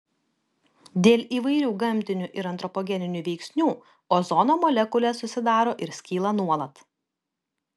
dėl įvairių gamtinių ir antropogeninių veiksnių ozono molekulės susidaro ir skyla nuolat